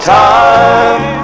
time